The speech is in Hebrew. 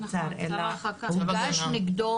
אלא הוגש נגדו